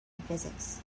physics